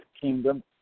kingdom